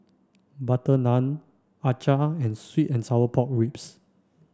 Butter Naan Acar and sweet and sour pork ribs